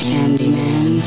Candyman